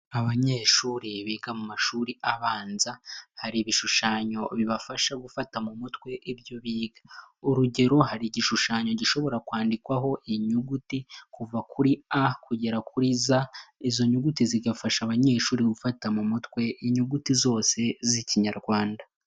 Abanyeshuri biga mu mashuri abanza, hari ibishushanyo bibafasha gufata mu mutwe ibyo biga. Urugero hari igishushanyo gishobora kwandikwaho inyuguti kuva kuri A kugera kuri ZA. Izo nyuguti zigafasha abanyeshuri gufata mu mutwe inyuguti zose z'ikinyarwanda.